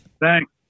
Thanks